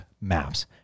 maps